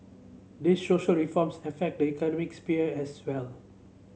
these social reforms affect the economic sphere as well